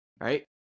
right